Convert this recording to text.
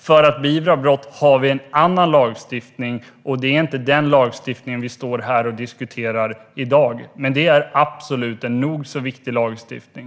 För att beivra brott har vi en annan lagstiftning, och det är inte den vi står här och diskuterar i dag. Men det är absolut en nog så viktig lagstiftning.